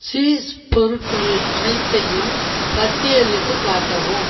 cheese பொருட்கள் அனைத்தையும் பட்டியலிட்டுக் காட்டவும்